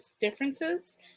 differences